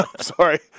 Sorry